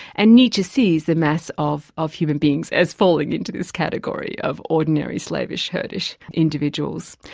and nietzsche sees the mass of of human beings as falling into this category of ordinary slavish, herdish individuals.